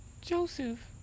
Joseph